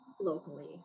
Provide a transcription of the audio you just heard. locally